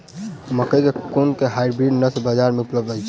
मकई केँ कुन केँ हाइब्रिड नस्ल बजार मे उपलब्ध अछि?